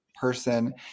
person